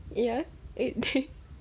ya it